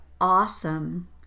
awesome